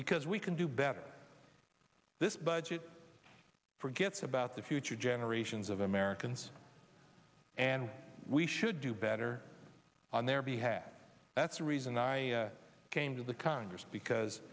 because we can do better than this budget forgets about the future generations of americans and we should do better on their behalf that's the reason i came to the congress because